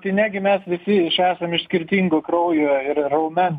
tai negi mes visi esam iš skirtingų kraujo ir raumens